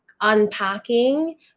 unpacking